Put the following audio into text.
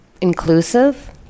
Inclusive